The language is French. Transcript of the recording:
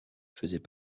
faisait